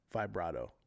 vibrato